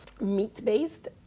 meat-based